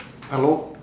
hello